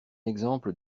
exemple